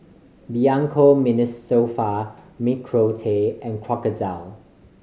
Bianco Mimosa Nicorette and Crocodile